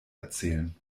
erzählen